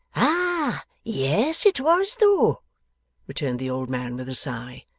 ah yes, it was though returned the old man with a sigh.